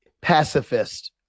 pacifist